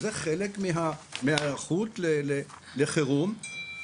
זה חלק מההיערכות לחירום,